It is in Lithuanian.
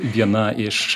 viena iš